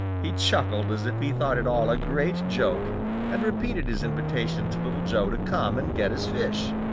he chuckled as if he thought it all a great joke and repeated his invitation to little joe to come and get his fish.